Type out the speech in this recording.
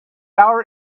our